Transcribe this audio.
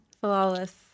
Flawless